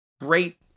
great